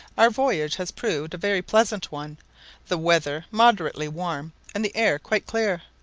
our voyage has proved a very pleasant one the weather moderately warm, and the air quite clear.